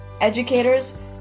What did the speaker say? educators